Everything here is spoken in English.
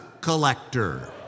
collector